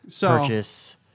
purchase